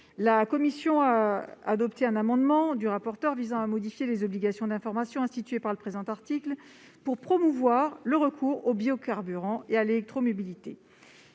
La commission a adopté un amendement du rapporteur visant à modifier les obligations d'information instituées par le présent article pour promouvoir le recours aux biocarburants et à l'électromobilité.